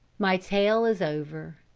my tale is over.